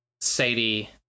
Sadie